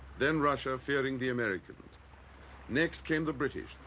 then russia fearing the americans next came the british,